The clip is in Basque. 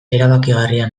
erabakigarria